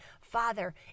Father